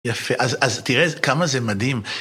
יפה. אז אז תראה כמה זה מדהים.